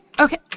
okay